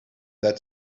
that